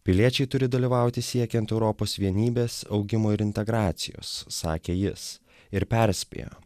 piliečiai turi dalyvauti siekiant europos vienybės augimo ir integracijos sakė jis ir perspėjo